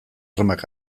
armak